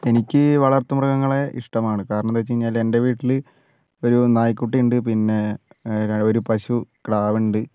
എനിക്ക് വളർത്തുമൃഗങ്ങളെ ഇഷ്ടമാണ് കാരണം എന്താ വച്ചു കഴിഞ്ഞാൽ എൻ്റെ വീട്ടിൽ ഒരു നായ് കുട്ടി ഉണ്ട് പിന്നെ ഒരു പശു കിടാവുണ്ട്